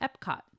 Epcot